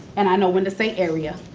and i know when to say area.